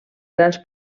grans